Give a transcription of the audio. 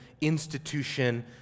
institution